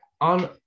on